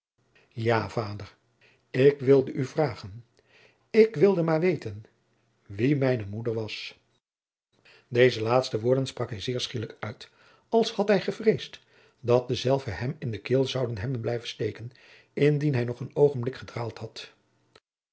ja vader ik wilde u vragen ik wilde maar weten wie mijne moeder was deze laatste woorden sprak hij zeer schielijk uit als had hij gevreesd dat dezelve hem in den keel zouden hebben blijven steken indien hij nog een oogenblik gedraald had